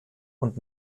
und